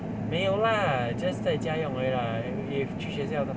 没有啦 just 在家用而已啦 if 去学校